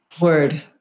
Word